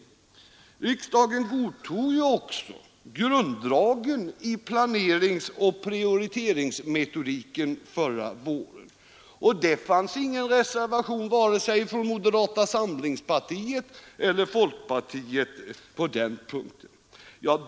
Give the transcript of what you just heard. Riksdagen godtog ju också grunddragen i planeringsoch prioriteringsmetodiken förra våren, och det fanns ingen reservation vare sig från moderata samlingspartiet eller från folkpartiet på den punkten.